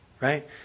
Right